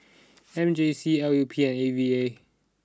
M J C L U P and A V A